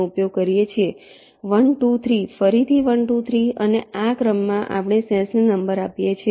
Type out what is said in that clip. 123 ફરીથી 1 2 3 અને આ ક્રમમાં આપણે સેલ્સ ને નંબર આપીએ છીએ